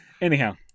Anyhow